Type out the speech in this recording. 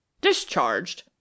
Discharged